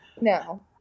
no